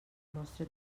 nostre